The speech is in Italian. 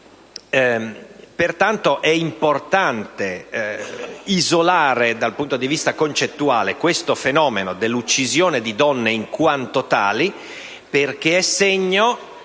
Pertanto, è importante isolare, dal punto di vista concettuale, il fenomeno dell'uccisione di donne in quanto tali, perché, in